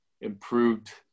improved